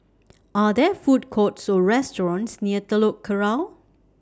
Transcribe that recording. Are There Food Courts Or restaurants near Telok Kurau